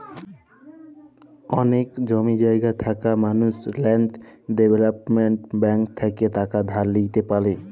অলেক জমি জায়গা থাকা মালুস ল্যাল্ড ডেভেলপ্মেল্ট ব্যাংক থ্যাইকে টাকা ধার লিইতে পারি